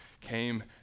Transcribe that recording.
came